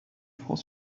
franc